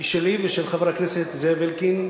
היא שלי ושל חבר הכנסת זאב אלקין,